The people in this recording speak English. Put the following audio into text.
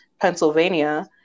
Pennsylvania